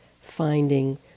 finding